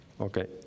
okay